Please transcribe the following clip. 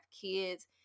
kids